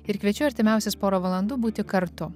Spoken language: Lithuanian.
ir kviečiu artimiausias porą valandų būti kartu